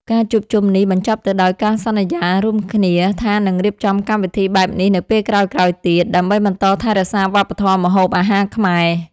ការជួបជុំនេះបញ្ចប់ទៅដោយការសន្យារួមគ្នាថានឹងរៀបចំកម្មវិធីបែបនេះនៅពេលក្រោយៗទៀត ដើម្បីបន្តថែរក្សាវប្បធម៌ម្ហូបអាហារខ្មែរ។